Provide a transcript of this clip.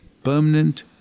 permanent